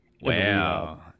Wow